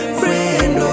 friend